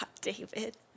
David